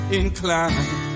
inclined